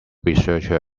researcher